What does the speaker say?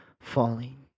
falling